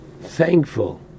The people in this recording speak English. thankful